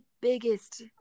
biggest